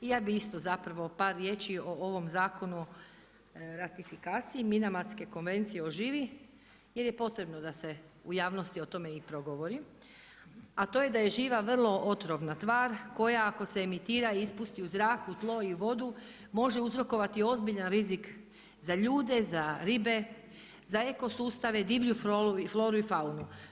I ja bih isto par riječi o ovom zakonu ratifikacije Minamatska konvencija o živi jer je potrebno da se u javnosti o tome i prigovori, a to je da je živa vrlo otrovna tvar koja ako se emitira ispusti u zrak, tlo i vodu može uzrokovati ozbiljan rizik za ljude, za ribe, za ekosustave, divlju floru i faunu.